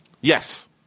Yes